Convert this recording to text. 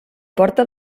porta